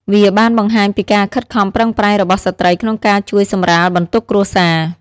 វាបានបង្ហាញពីការខិតខំប្រឹងប្រែងរបស់ស្ត្រីក្នុងការជួយសម្រាលបន្ទុកគ្រួសារ។